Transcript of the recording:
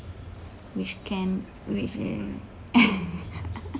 which can